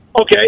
Okay